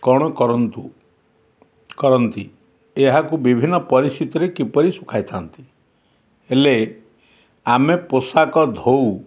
କ'ଣ କରନ୍ତୁ କରନ୍ତି ଏହାକୁ ବିଭିନ୍ନ ପରିସ୍ଥିତିରେ କିପରି ଶୁଖାଇଥାନ୍ତି ହେଲେ ଆମେ ପୋଷାକ ଧୋଉ